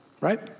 Right